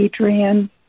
Adrian